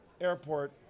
airport